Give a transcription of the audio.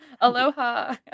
Aloha